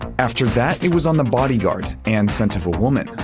after that, it was on the bodyguard, and scent of a woman.